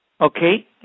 Okay